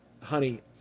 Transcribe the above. honey